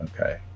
okay